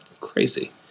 Crazy